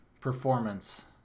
performance